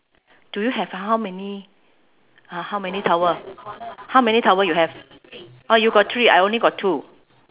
do you have how many uh how many towel how many towel you have orh you got three I only got two